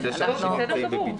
בסדר.